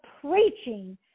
preaching